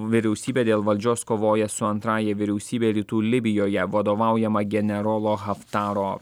vyriausybė dėl valdžios kovoja su antrąja vyriausybė rytų libijoje vadovaujama generolo haftaro